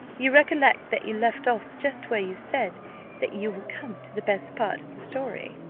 you recollect that you left off just where you said that you were come to the best part of the story.